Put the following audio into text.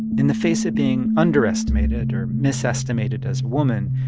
in the face of being underestimated or misestimated as a woman,